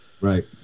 Right